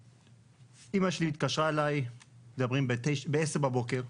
אמא שלי התקשרה אליי ב-10:00 בבוקר,